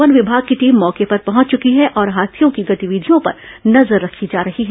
one विमाग की team मौके पॅर पहंच चुकी है और हाथियों की गतिविधियों पर नजर रखी जा रही है